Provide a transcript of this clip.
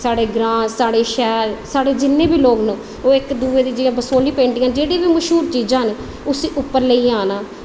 साढ़े ग्रांऽ साढ़े शैह्र मतलब की साढ़े जिन्ने बी लोग न एह् इक्क दूऐ दी जेह्ड़ी बी मशहूर चीज़ां न उसी उप्पर लेइयै आना